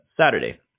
Saturday